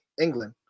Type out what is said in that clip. England